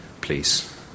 please